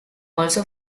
also